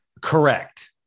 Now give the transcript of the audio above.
Correct